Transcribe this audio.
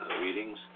Readings